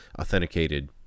authenticated